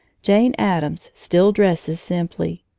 jane addams still dresses simply.